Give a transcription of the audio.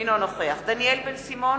אינו נוכח דניאל בן-סימון,